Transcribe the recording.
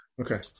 Okay